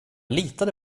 litade